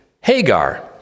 Hagar